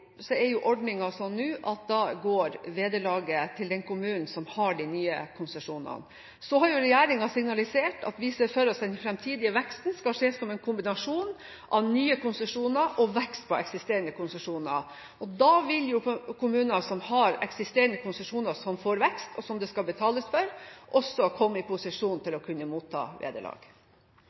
Så har regjeringen signalisert at vi ser for oss at den fremtidige veksten skal skje som en kombinasjon av nye konsesjoner og vekst på eksisterende konsesjoner. Da vil jo kommuner som har eksisterende konsesjoner som får vekst, og som det skal betales for, også komme i posisjon til å kunne motta vederlag.